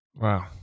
wow